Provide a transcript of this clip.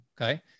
Okay